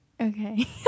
Okay